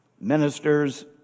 ministers